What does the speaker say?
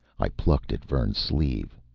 i plucked at vern's sleeve.